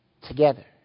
together